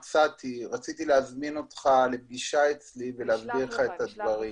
רציתי להזמין את איתי לפגישה אצלי ולהסביר את הדברים.